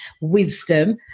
wisdom